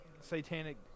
Satanic